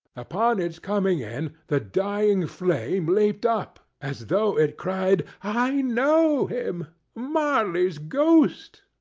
upon its coming in, the dying flame leaped up, as though it cried, i know him marley's ghost!